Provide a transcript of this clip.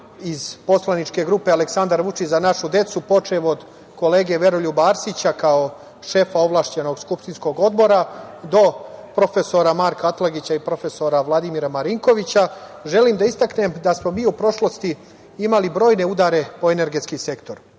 iz poslaničke grupe Aleksandar Vučić – Za našu decu, počev od kolege Veroljuba Arsića, kao šega ovlašćenog skupštinskog odbora, do profesora Marka Atlagića i profesora Vladimira Marinkovića, želim da istaknem da smo mi u prošlosti imali brojne udare po energetski sektor. Prvo,